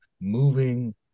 moving